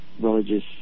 religious